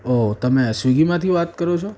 ઓ તમે સ્વિગીમાંથી વાત કરો છો